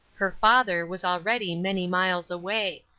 her father was already many miles away.